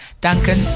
Duncan